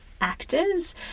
actors